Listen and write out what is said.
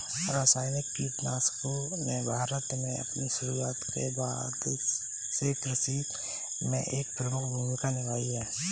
रासायनिक कीटनाशकों ने भारत में अपनी शुरूआत के बाद से कृषि में एक प्रमुख भूमिका निभाई है